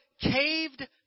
caved